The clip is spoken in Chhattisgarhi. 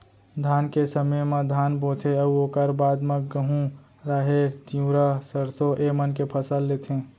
धान के समे म धान बोथें अउ ओकर बाद म गहूँ, राहेर, तिंवरा, सरसों ए मन के फसल लेथें